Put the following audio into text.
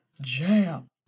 jam